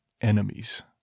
enemies